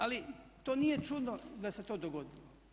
Ali, to nije čudno da se to dogodilo.